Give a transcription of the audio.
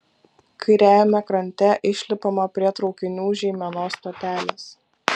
kairiajame krante išlipama prie traukinių žeimenos stotelės